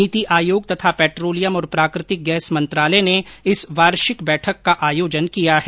नीति आयोग तथा पेट्रोलियम और प्राकृतिक गैस मंत्रालय ने इस वार्षिक बैठक का आयोजन किया है